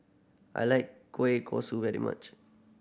I like kueh kosui very much